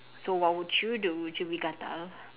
so what would you do would you be gatal